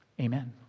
Amen